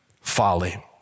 folly